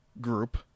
group